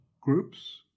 groups